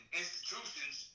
institutions